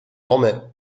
nome